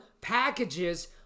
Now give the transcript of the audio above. packages